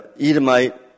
Edomite